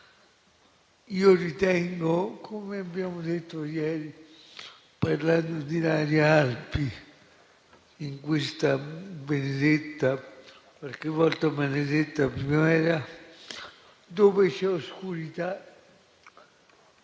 causano. Come abbiamo detto ieri, parlando di Ilaria Alpi, in questa benedetta - qualche volta, maledetta - primavera, dove c'è oscurità,